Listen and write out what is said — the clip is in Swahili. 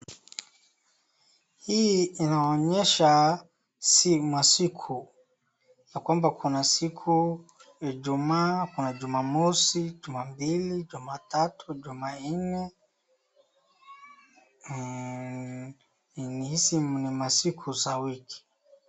Hii inaonyesha masiku. Ya kwamba kuna siku, ijumaa, kuna jumamosi, jumapili, jumatatu, jumanne, hizi ni masiku za wiki.